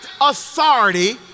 authority